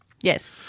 Yes